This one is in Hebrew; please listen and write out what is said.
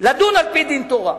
לדון על-פי דין תורה.